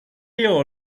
llevó